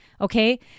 okay